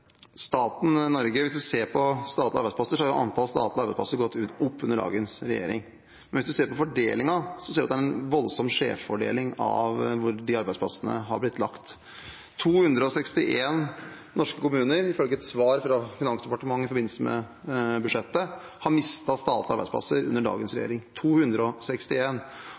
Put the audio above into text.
Hvis en ser på statlige arbeidsplasser, har antallet statlige arbeidsplasser gått opp under dagens regjering, men hvis en ser på fordelingen, ser en at det er en voldsom skjevfordeling av hvor de arbeidsplassene har blitt lagt. 261 norske kommuner, ifølge et svar fra Finansdepartementet i forbindelse med budsjettet, har mistet statlige arbeidsplasser under dagens regjering